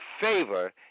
favor